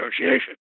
negotiation